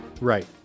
Right